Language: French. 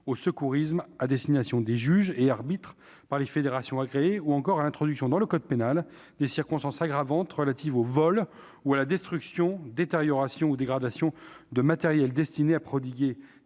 au secourisme pour les juges et arbitres des fédérations agréées ou à l'introduction dans le code pénal de circonstances aggravantes relatives au vol ou à la destruction, détérioration ou dégradation de matériels destinés à prodiguer